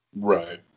Right